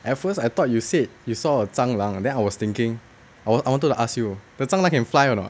at first I thought you said you saw a 蟑螂 then I was thinking I want I wanted to ask you but 蟑螂 can fly or not